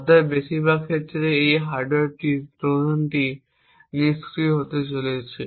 অতএব বেশিরভাগ ক্ষেত্রে এই হার্ডওয়্যার ট্রোজানটি নিষ্ক্রিয় হতে চলেছে